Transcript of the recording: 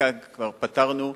חלקה כבר פתרנו,